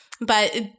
but-